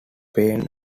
pain